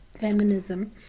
feminism